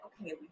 okay